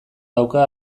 dauka